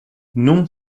non